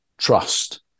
trust